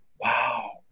wow